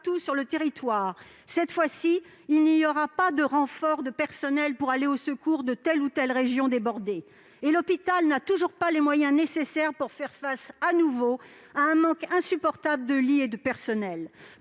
partout sur le territoire ; cette fois, il n'y aura pas de renforts de personnels pour aller au secours de telle ou telle région débordée. Et l'hôpital n'a toujours pas les moyens nécessaires pour faire face de nouveau à un manque insupportable de lits et de personnels.